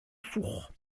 four